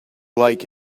like